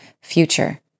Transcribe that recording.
future